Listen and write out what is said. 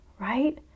right